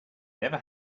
never